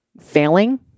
failing